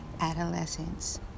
adolescence